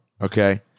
okay